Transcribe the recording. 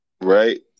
right